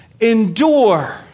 Endure